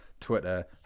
Twitter